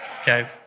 Okay